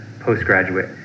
postgraduate